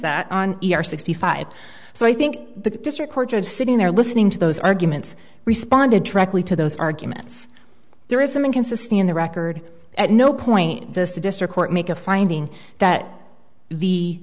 that on our sixty five so i think the district court judge sitting there listening to those arguments responded directly to those arguments there is some inconsistency in the record at no point in this district court make a finding that the